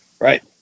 Right